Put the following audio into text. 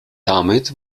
damit